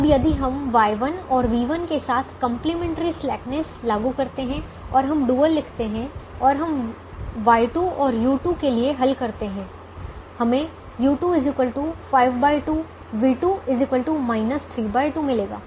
अब यदि हम Y1 और v1 के साथ कंप्लीमेंट्री स्लैकनेस लागू करते हैं और हम डुअल लिखते हैं और हम Y2 और u2 के लिए हल करते हैं हमें Y2 52 v2 32 मिलेगा